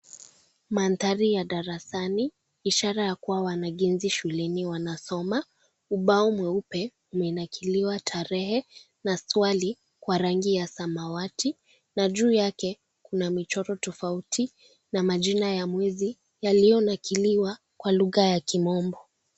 Mandhari ya darasani, ishara kuwa wanagenzi shuleni wanasoma. Ubao mweupe umenakiliwa tarehe na swali kwa rangi ya samawati, na juu yake kuna michoro tofauti, na majina ya mwezi yalionakiliwa kwa lugha ya kimombo.